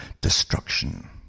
destruction